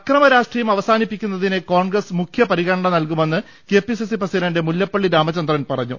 അക്രമരാഷ്ട്രീയം അവസാന്നിപ്പിക്കുന്നിന് കോൺഗ്രസ് മുഖ്യ പരിഗ ണന നൽകുമെന്ന് കെപിസിസി പ്രസിഡന്റ് മുല്ലപ്പള്ളി രാമചന്ദ്രൻ പ റഞ്ഞു